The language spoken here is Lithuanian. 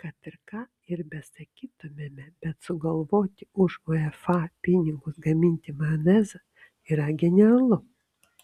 kad ir ką ir besakytumėme bet sugalvoti už uefa pinigus gaminti majonezą yra genialu